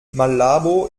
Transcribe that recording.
malabo